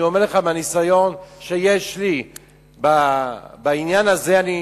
אני אומר לך, מהניסיון שיש לי בעניין הזה, אני